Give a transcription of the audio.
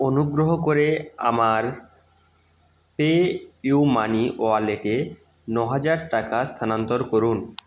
অনুগ্রহ করে আমার পেইউমানি ওয়ালেটে ন হাজার টাকা স্থানান্তর করুন